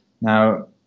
now